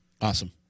Awesome